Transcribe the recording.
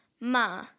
ma